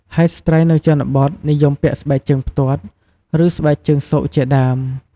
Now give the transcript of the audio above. ហើយស្រ្តីនៅជនបទនិយមពាក់ស្បែកជើងផ្ទាត់ ឬស្បែកជើងស៊កជាដើម។